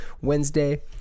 Wednesday